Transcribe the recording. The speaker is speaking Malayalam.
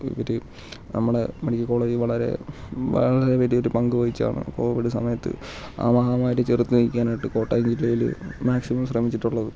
ഒരു നമ്മുടെ മെഡിക്കൽ കോളേജ് വളരെ വളരെ വലിയൊരു പങ്ക് വഹിച്ചാണ് കോവിഡ് സമയത്ത് ആ മഹാമാരിയെ ചെറുത് നിൽക്കാനായിട്ട് കോട്ടയം ജില്ലയിൽ മാക്സിമം ശ്രമിച്ചിട്ടുള്ളത്